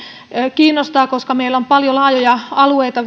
kiinnostavat koska meillä on tässä maassa vielä paljon laajoja alueita